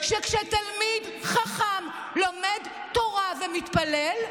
שכשתלמיד חכם לומד תורה ומתפלל,